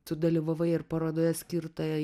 tu dalyvavai ir parodoje skirtoje